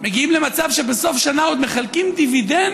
ועוד ג'ובים,